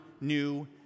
new